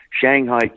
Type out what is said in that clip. Shanghai